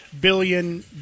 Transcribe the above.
billion